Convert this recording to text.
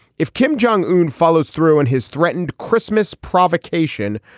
if kim jong un follows through on his threatened christmas provocation,